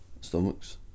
stomachs